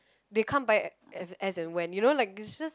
they come by as and when you know like it's just